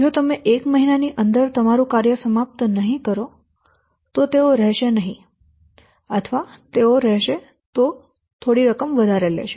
જો તમે એક મહિના ની અંદર તમારું કાર્ય સમાપ્ત નહીં કરો તો તેઓ રહેશે નહીં અથવા તેઓ રોકાશે તો પણ તેઓ ખૂબ વધારે રકમ લેશે